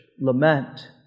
lament